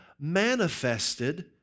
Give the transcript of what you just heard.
manifested